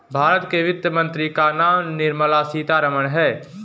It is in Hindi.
भारत के वित्त मंत्री का नाम निर्मला सीतारमन है